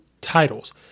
titles